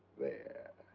there?